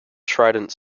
trident